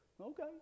Okay